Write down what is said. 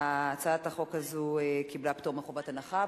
הצעת החוק הזאת קיבלה פטור מחובת הנחה,